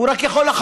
הוא יכול רק לחלום.